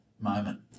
moment